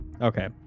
Okay